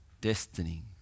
destiny